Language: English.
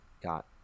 got